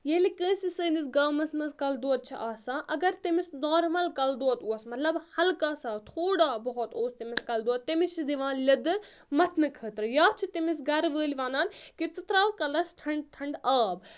ییٚلہِ کٲنٛسہِ سٲنِس گامَس منٛز کَلہٕ دۄد چھِ آسان اگر تٔمِس نارمَل کَلہٕ دۄد اوس مَطلَب ہَلکا سا تھوڑا بہت اوس تٔمِس کَلہٕ دود تٔمِس چھِ دِوان لیٚدٕر مَتھنہٕ خٲطرٕ یا چھِ تٔمِس گَرٕ وٲلۍ وَنان کہِ ژٕ ترٛاو کَلَس ٹھنٛڈ ٹھنٛڈ آب